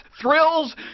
thrills